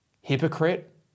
Hypocrite